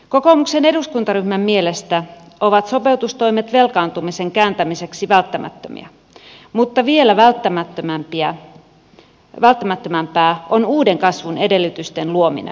kokoomuksen eduskuntaryhmän mielestä ovat sopeutustoimet velkaantumisen kääntämiseksi välttämättömiä mutta vielä välttämättömämpää on uuden kasvun edellytysten luominen